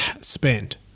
spend